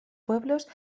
pueblos